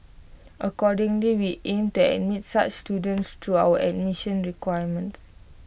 accordingly we aim to admit such students through our admission requirements